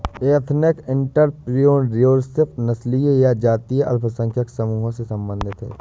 ethnic entrepreneurship नस्लीय या जातीय अल्पसंख्यक समूहों से संबंधित हैं